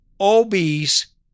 obese